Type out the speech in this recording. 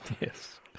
Yes